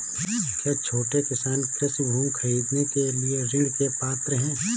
क्या छोटे किसान कृषि भूमि खरीदने के लिए ऋण के पात्र हैं?